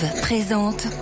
présente